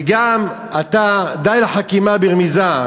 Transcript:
וגם אתה, די לחכימא ברמיזא.